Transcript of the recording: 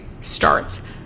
starts